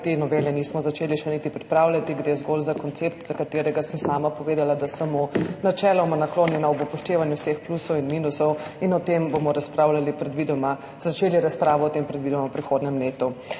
Te novele nismo začeli še niti pripravljati, gre zgolj za koncept, za katerega sem sama povedala, da sem mu načeloma naklonjena ob upoštevanju vseh plusov in minusov, in o tem bomo predvidoma začeli razpravo v prihodnjem letu.